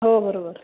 हो बरोबर